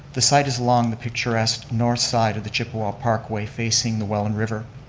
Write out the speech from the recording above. the site is along the picturesque north side of the chippewa parkway facing the welland river,